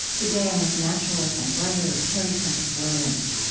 today, i'm with naturalist and writer terry tempest williams.